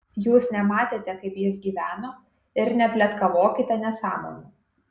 jūs nematėte kaip jis gyveno ir nepletkavokite nesąmonių